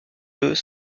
deux